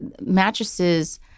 mattresses